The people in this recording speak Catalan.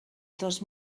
dos